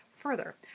Further